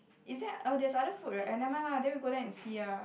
is there oh there's other food right ah nevermind lah then we go there and see ah